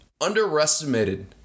underestimated